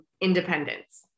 independence